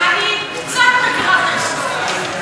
אני קצת מכירה את ההיסטוריה.